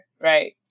right